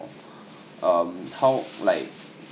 um how like